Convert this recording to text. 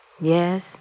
Yes